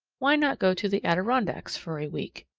why not go to the adirondacks for a week?